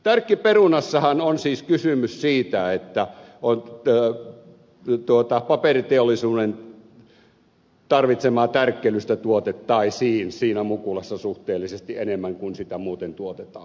tärkkiperunassahan on siis kysymys siitä että paperiteollisuuden tarvitsemaa tärkkelystä tuotettaisiin siinä mukulassa suhteellisesti enemmän kuin sitä muuten tuotetaan